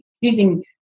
using